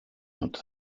out